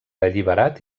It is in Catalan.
alliberat